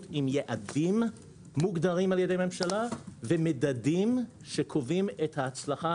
עם יעדים מוגדרים על ידי ממשלה ומדדים שקובעים את ההצלחה